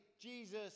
Jesus